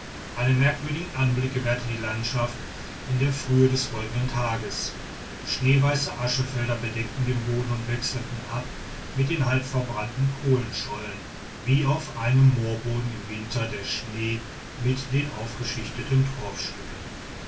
einen merkwürdigen anblick gewährte die landschaft in der frühe des folgenden tags schneeweiße aschenfelder bedeckten den boden und wechselten ab mit den halb verbrannten kohlenschollen wie auf einem moorboden im winter der schnee mit den aufgeschichteten